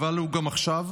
הוא גם עכשיו.